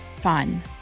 fun